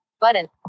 button